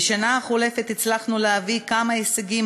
בשנה החולפת הצלחנו להביא כמה הישגים